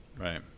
right